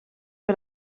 wir